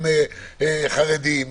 גם חרדים,